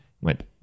Went